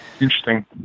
interesting